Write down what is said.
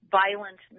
violent